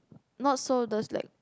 not so those like